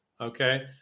Okay